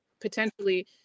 potentially